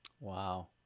Wow